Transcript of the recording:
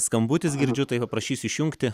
skambutis girdžiu tai paprašysiu išjungti